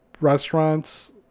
restaurants